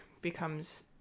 becomes